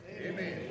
Amen